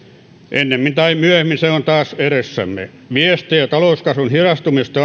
ennemmin tai myöhemmin se on taas edessämme viestejä talouskasvun hidastumisesta